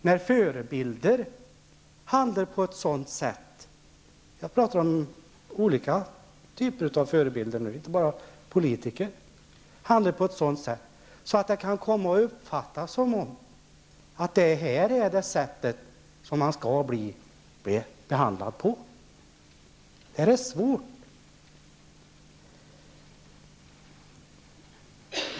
När förebilderna -- jag talar om olika förebilder, inte bara politiker -- handlar på ett sådant sätt att det kan komma att uppfattas som att det här just är det sätt varpå man skall bli behandlad. Det blir svårt.